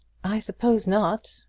i suppose not,